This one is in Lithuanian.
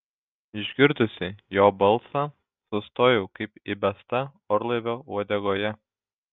išgirdusi jo balsą sustojau kaip įbesta orlaivio uodegoje